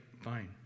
fine